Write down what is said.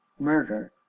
murder.